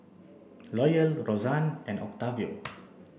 Loyal Rozanne and Octavio